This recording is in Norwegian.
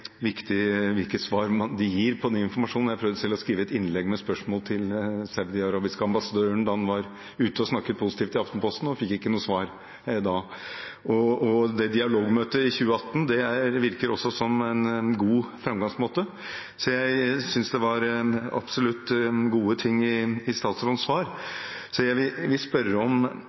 viktig hvilke svar den informasjonen gir. Jeg prøvde selv å skrive et innlegg med spørsmål til den saudiarabiske ambassadøren da han var ute og snakket positivt i Aftenposten, men fikk ikke noe svar da. Det dialogmøtet i 2018 virker også som en god framgangsmåte, så jeg synes absolutt det var gode ting i statsrådens svar.